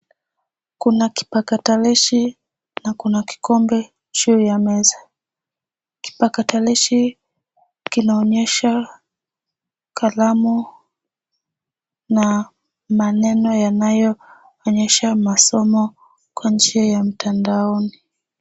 Kuna kipakatalishi na kuna kikombe juu ya meza. Kipakatalishi kinaonyesha kalamu na maneno yanayoonyesha masomo kwa njia ya mtandaoni.